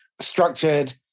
structured